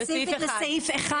בסעיף (1)